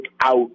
out